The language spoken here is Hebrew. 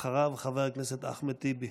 אחריו, חבר הכנסת אחמד טיבי,